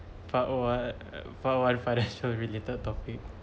five O one eh five O one five financial related topic